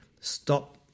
Stop